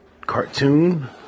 cartoon